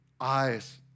eyes